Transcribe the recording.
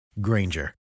Granger